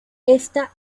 esta